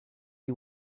you